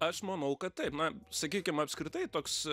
aš manau kad taip na sakykim apskritai toks